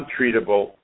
untreatable